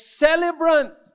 celebrant